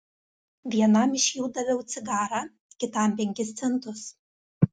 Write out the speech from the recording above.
vienam iš jų daviau cigarą kitam penkis centus